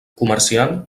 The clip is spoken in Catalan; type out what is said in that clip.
comerciant